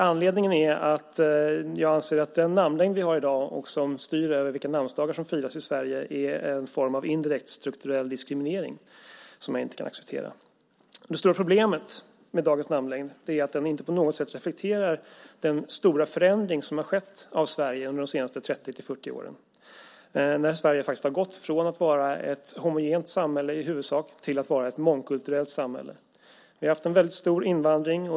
Anledningen är att jag anser att den namnlängd som vi har i dag och som styr vilka namnsdagar som firas i Sverige är en form av indirekt strukturell diskriminering som jag inte kan acceptera. Det stora problemet med dagens namnlängd är att den inte på något sätt reflekterar den stora förändring som har skett av Sverige under de senaste 30-40 åren. Sverige har faktiskt gått från att vara ett homogent samhälle i huvudsak till att vara ett mångkulturellt samhälle. Vi har haft en väldigt stor invandring.